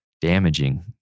damaging